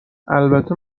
البته